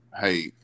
hey